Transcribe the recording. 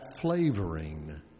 flavoring